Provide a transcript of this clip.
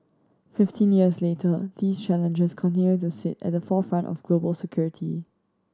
fifteen years later these challenges continue to sit at the forefront of global security